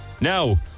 Now